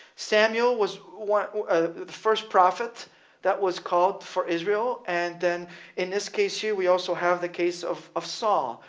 samuel was was the first prophet that was called for israel, and then in this case here we also have the case of of saul,